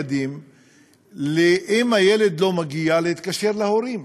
אם הילד לא מגיע, להתקשר להורים.